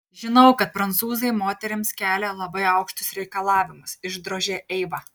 žinau kad prancūzai moterims kelia labai aukštus reikalavimus išdrožė eiva